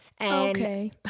Okay